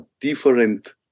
different